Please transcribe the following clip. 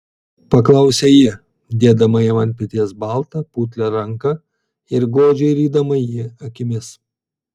paklausė ji dėdama jam ant peties baltą putlią ranką ir godžiai rydama jį akimis